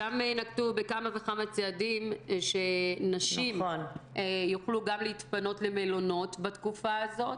שם נקטו בכמה וכמה צעדים שנשים יוכלו גם להתפנות למלונות בתקופה הזאת,